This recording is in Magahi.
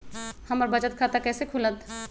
हमर बचत खाता कैसे खुलत?